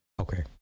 Okay